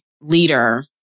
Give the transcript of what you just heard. leader